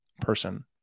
person